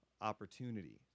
opportunity